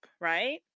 right